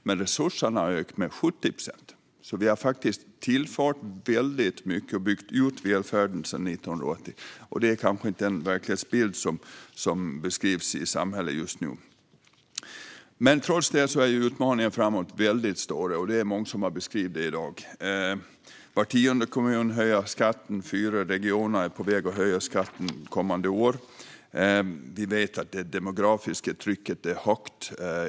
Men resurserna har ökat med 70 procent, så vi har alltså tillfört mycket och byggt ut välfärden sedan 1980. Det är kanske inte denna verklighetsbild som beskrivs i samhället just nu. Trots detta är utmaningarna framåt väldigt stora, och många har beskrivit detta i dag. Var tionde kommun höjer skatten, och fyra regioner är på väg att höja skatten kommande år. Vi vet att det demografiska trycket är högt.